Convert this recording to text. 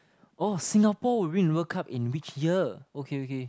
oh Singapore will win in World Cup in which year okay okay